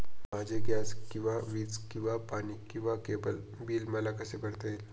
माझे गॅस किंवा वीज किंवा पाणी किंवा केबल बिल मला कसे भरता येईल?